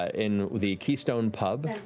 ah in the keystone pub.